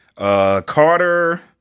Carter